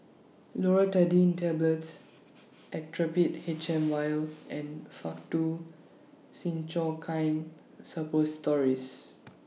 Loratadine Tablets Actrapid H M Vial and Faktu Cinchocaine Suppositories